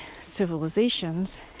civilizations